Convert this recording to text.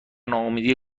ناامیدی